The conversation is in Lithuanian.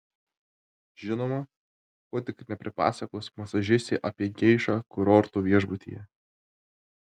žinoma ko tik nepripasakos masažistė apie geišą kurorto viešbutyje